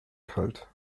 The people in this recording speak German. kalt